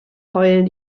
heulen